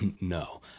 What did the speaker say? No